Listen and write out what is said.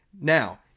Now